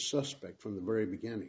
suspect from the very beginning